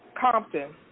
Compton